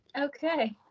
Okay